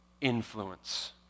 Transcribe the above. influence